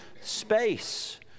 space